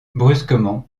brusquement